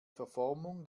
verformung